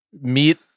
meet